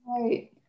Right